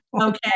Okay